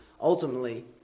ultimately